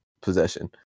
possession